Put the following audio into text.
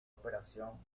operación